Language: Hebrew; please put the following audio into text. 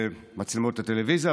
במחשבה על חוק חינוך חינם,